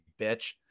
bitch